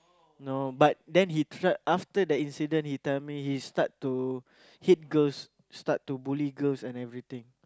no but then he try after that incident he tell me he start to hate girls start to bully girls and everything